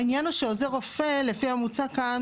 העניין הוא שעוזר רופא לפי המוצע כאן